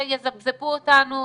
יזפזפו אותנו,